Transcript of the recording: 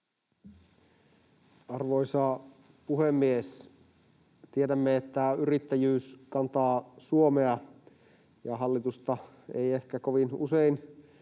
Arvoisa puhemies! Tiedämme, että yrittäjyys kantaa Suomea ja hallitusta. Ei ehkä kovin usein